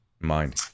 mind